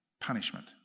Punishment